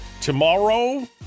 tomorrow